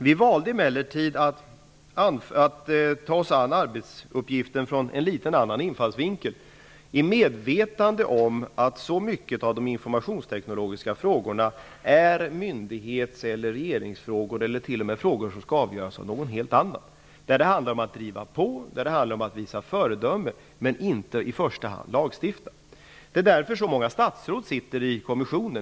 Vi valde emellertid att ta oss an arbetsuppgiften ur en något annorlunda infallsvinkel, i medvetande om att så mycket av de informationsteknologiska frågorna är myndighetsfrågor, regeringsfrågor eller t.o.m. frågor som skall avgöras av någon helt annan part. Det handlar om att driva på, att visa föredöme men inte i första hand om att lagstifta. Det är också därför som så många statsråd sitter i kommissionen.